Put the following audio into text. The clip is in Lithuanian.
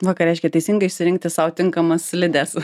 va ką reiškia teisingai išsirinkti sau tinkamas slides